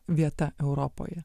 vieta europoje